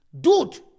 Dude